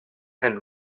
and